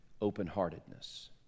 open-heartedness